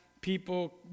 people